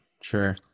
Sure